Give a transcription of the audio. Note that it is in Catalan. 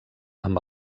amb